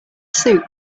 soup